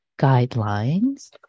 guidelines